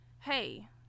hey